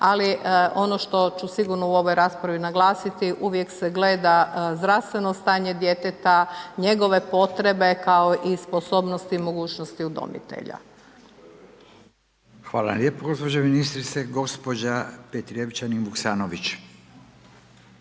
ali ono što ću sigurno u ovoj raspravi naglasiti, uvijek se gleda zdravstveno stanje djeteta, njegove potrebe kao i sposobnost i mogućnost udomitelja. **Radin, Furio (Nezavisni)** Hvala lijepa gospođo ministrice. Gospođa Petrijevčanin Vuksanović.